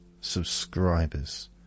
subscribers